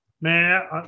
man